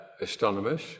astronomers